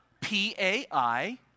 P-A-I